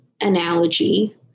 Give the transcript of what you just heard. analogy